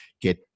get